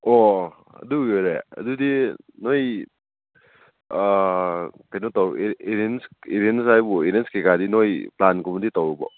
ꯑꯣ ꯑꯗꯨꯒꯤ ꯑꯣꯏꯔꯦ ꯑꯗꯨꯗꯤ ꯅꯣꯏ ꯀꯩꯅꯣ ꯇꯧ ꯑꯦꯔꯦꯟꯖ ꯀꯩꯀꯥꯗꯤ ꯅꯣꯏ ꯄ꯭ꯂꯥꯟꯒꯨꯝꯕꯗꯤ ꯇꯧꯔꯕꯣ